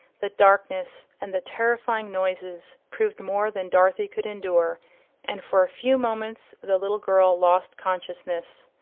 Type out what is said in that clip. the darkness and the terrifying noises, proved more than dorothy could endure and for a few moments the little girl lost consciousness.